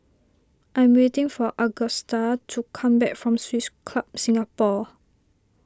I'm waiting for Agusta to come back from Swiss Club Singapore